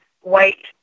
white